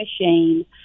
machine